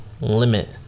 limit